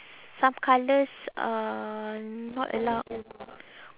some colours are not allowed